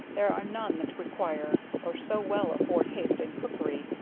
there are none that require, or so well afford haste in cookery,